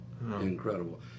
incredible